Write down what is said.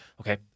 okay